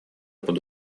под